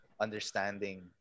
understanding